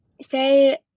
say